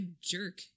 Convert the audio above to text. jerk